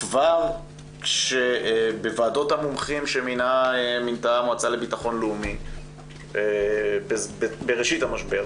כבר בוועדות המומחים שמינתה המועצה לביטחון לאומי בראשית המשבר,